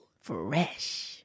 Fresh